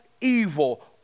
evil